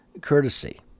courtesy